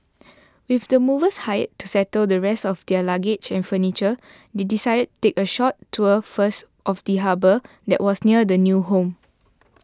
with the movers hired to settle the rest of their luggage and furniture they decided take a short tour first of the harbour that was near their new home